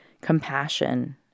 Compassion